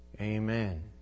Amen